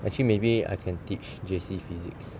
actually maybe I can teach J_C physics